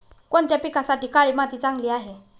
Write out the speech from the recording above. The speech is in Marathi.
कोणत्या पिकासाठी काळी माती चांगली आहे?